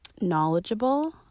knowledgeable